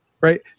Right